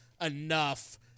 enough